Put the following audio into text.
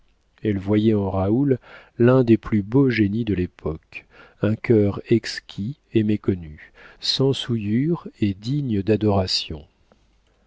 elle voyait en raoul l'un des plus beaux génies de l'époque un cœur exquis et méconnu sans souillure et digne d'adoration